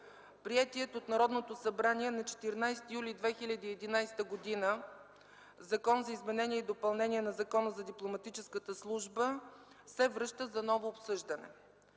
приетият от Народното събрание на 14 юли 2011 г. Закон за изменение и допълнение на Закона за Дипломатическата служба се връща за ново обсъждане.